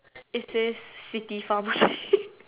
it says city pharmacy